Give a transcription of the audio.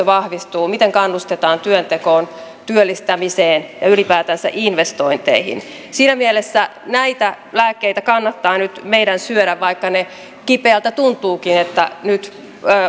vahvistuu ja miten kannustetaan työntekoon työllistämiseen ja ylipäätänsä investointeihin siinä mielessä näitä lääkkeitä kannattaa nyt meidän syödä vaikka ne kipeältä tuntuvatkin että nyt